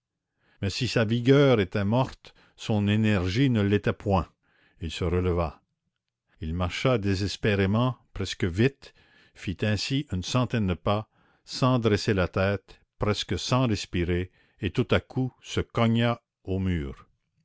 mais si sa vigueur était morte son énergie ne l'était point il se releva il marcha désespérément presque vite fit ainsi une centaine de pas sans dresser la tête presque sans respirer et tout à coup se cogna au mur